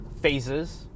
phases